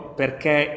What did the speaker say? perché